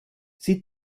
sie